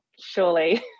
surely